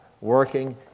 working